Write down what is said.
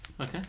Okay